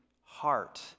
heart